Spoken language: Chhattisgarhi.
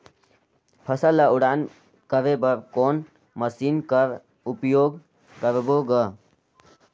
फसल ल उड़ान करे बर कोन मशीन कर प्रयोग करबो ग?